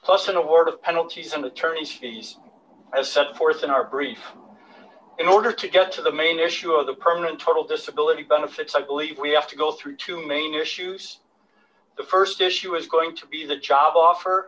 plus an award of penalties and attorneys i've set forth in our brief in order to get to the main issue of the program total disability benefits i believe we have to go through two main issues the st issue is going to be the job offer